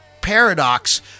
paradox